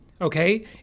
okay